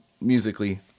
musically